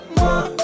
more